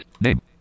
Name